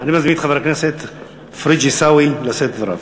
אני מזמין את חבר הכנסת פריג' עיסאווי לשאת את דבריו.